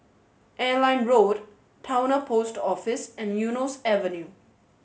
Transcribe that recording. Airline Road Towner Post Office and Eunos Avenue